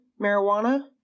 marijuana